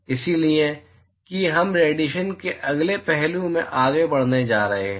इसलिए कि हम रेडिएशन के अगले पहलू में आगे बढ़ने जा रहे हैं